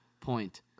point